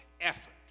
effort